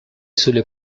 sulle